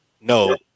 No